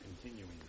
continuing